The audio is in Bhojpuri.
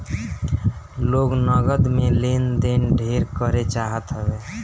लोग नगद में लेन देन ढेर करे चाहत हवे